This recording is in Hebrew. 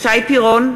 (קוראת בשמות חברי הכנסת) שי פירון,